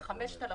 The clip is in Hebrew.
ל-5,000